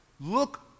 look